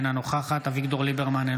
אינה נוכחת אביגדור ליברמן,